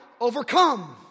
overcome